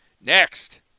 Next